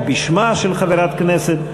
או בשמה של חברת כנסת,